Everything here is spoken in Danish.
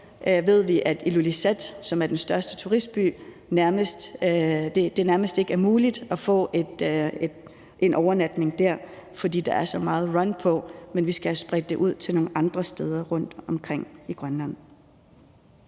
ved vi, at i Ilulissat, som er den største turistby, er det nærmest ikke muligt at få en overnatning, fordi der er så meget run på. Men vi skal have spredt det ud til nogle andre steder rundtomkring i Grønland.